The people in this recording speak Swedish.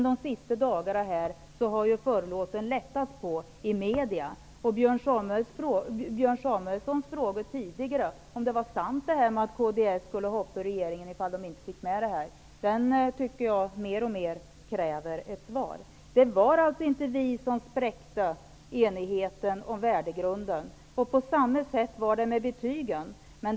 De sista dagarna här har förlåten lättats i media. Björn Samuelsons fråga här tidigare om det var sant att kds skulle hoppa ur regeringen ifall man inte fick med det, den tycker jag kräver ett svar. Det var alltså inte vi som spräckte enigheten om värdegrunden. På samma sätt var det med betygen.